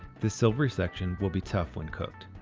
this silvery section will be tough when cooked,